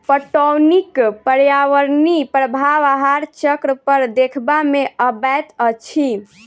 पटौनीक पर्यावरणीय प्रभाव आहार चक्र पर देखबा मे अबैत अछि